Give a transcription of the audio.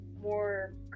more